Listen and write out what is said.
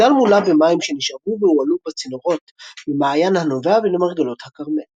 המגדל מולא במים שנשאבו והועלו בצינורות ממעיין הנובע למרגלות הכרמל.